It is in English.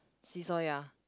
seesaw ya